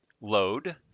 load